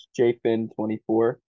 jfin24